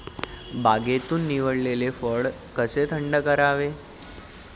बागेतून निवडलेले फळ कसे थंड करावे?